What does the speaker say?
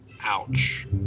Ouch